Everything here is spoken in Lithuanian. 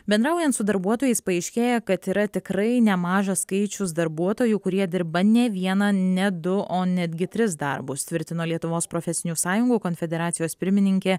bendraujant su darbuotojais paaiškėja kad yra tikrai nemažas skaičius darbuotojų kurie dirba ne vieną ne du o netgi tris darbus tvirtino lietuvos profesinių sąjungų konfederacijos pirmininkė